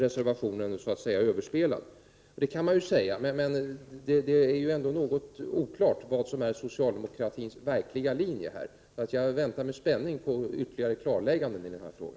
Reservationen är då så att säga överspelad — och visst kan man säga det! 13 december 1988 Men det råder ändå oklarhet om vad som är socialdemokraternas verkliga linje här. Jag väntar därför med spänning på ytterligare klarlägganden i denna fråga.